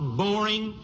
boring